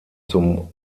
zum